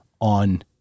on